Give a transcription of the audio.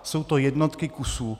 Jsou to jednotky kusů.